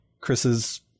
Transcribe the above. chris's